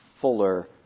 fuller